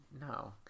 No